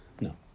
No